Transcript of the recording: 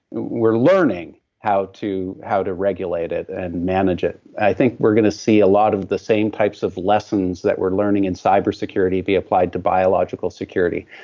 we're learning how to how to regulate it and manage it. i think we're going to see a lot of the same types of lessons that we're learning in cyber security be applied to biological security.